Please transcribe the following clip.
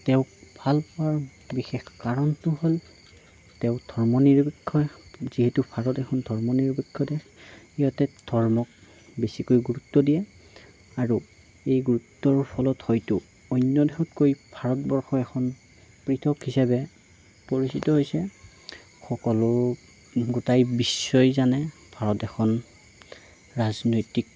তেওঁক ভাল পোৱাৰ বিশেষ কাৰণটো হ'ল তেওঁ ধৰ্ম নিৰপেক্ষ এখন যিহেতু ভাৰত এখন ধৰ্মনিৰপেক্ষ দেশ ইয়াতে ধৰ্মক বেছিকৈ গুৰুত্ব দিয়ে আৰু এই গুৰুত্বৰ ফলত হয়তো অন্য দেশতকৈ ভাৰতবৰ্ষ এখন পৃথক হিচাপে পৰিচিত হৈছে সকলো গোটেই বিশ্বই জানে ভাৰত এখন ৰাজনৈতিক